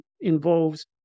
involves